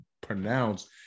pronounce